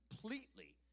completely